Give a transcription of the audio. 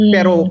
Pero